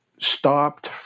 stopped